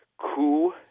coup